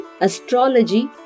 astrology